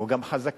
או גם חזקה,